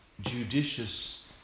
judicious